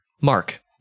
Mark